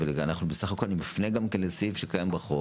אבל בסך הכול אני מפנה לסעיף שקיים בחוק